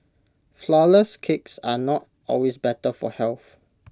Flourless Cakes are not always better for health